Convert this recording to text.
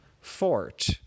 Fort